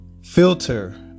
filter